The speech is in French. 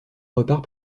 repart